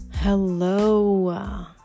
Hello